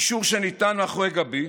אישור שניתן מאחורי גבי